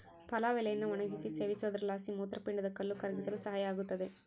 ಪಲಾವ್ ಎಲೆಯನ್ನು ಒಣಗಿಸಿ ಸೇವಿಸೋದ್ರಲಾಸಿ ಮೂತ್ರಪಿಂಡದ ಕಲ್ಲು ಕರಗಿಸಲು ಸಹಾಯ ಆಗುತ್ತದೆ